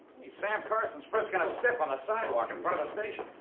hey, sam carson's frisking a stiff on the sidewalk in front of the station.